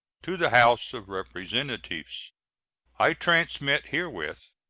to the house of representatives i transmit herewith,